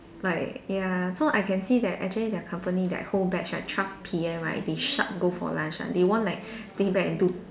like ya so I can see that actually their company that whole batch right twelve P_M right they sharp go for lunch one they won't like stay back and do